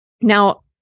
Now